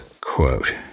Quote